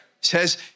says